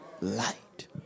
light